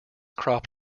crop